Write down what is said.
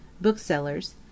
booksellers